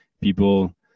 people